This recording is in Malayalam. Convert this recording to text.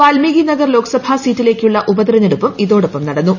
വാൽമീകി നഗർ ലോക്സഭാ സീറ്റിലേക്കുള്ള ഉപതിരഞ്ഞെടുപ്പും ഇതോടൊപ്പം നടന്നു